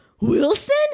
Wilson